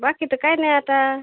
बाकी तर काही नाही आता